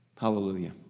Hallelujah